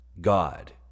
God